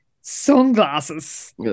sunglasses